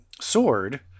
sword